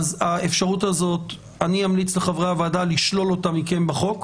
אני אמליץ לחברי הוועדה לשלוח מכם את האפשרות הזאת בחוק.